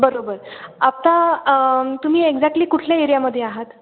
बरोबर आत्ता तुम्ही एक्झॅक्टली कुठल्या एरियामध्ये आहात